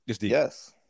Yes